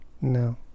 No